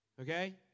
Okay